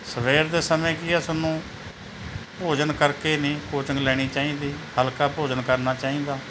ਸਵੇਰ ਦੇ ਸਮੇਂ ਕੀ ਆ ਤੁਹਾਨੂੰ ਭੋਜਨ ਕਰਕੇ ਨਹੀਂ ਕੋਚਿੰਗ ਲੈਣੀ ਚਾਹੀਦੀ ਹਲਕਾ ਭੋਜਨ ਕਰਨਾ ਚਾਹੀਦਾ